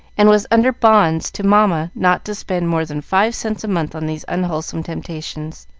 and was under bonds to mamma not to spend more than five cents a month on these unwholesome temptations.